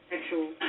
sexual